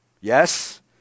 Yes